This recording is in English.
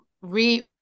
re